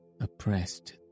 oppressed